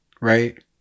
right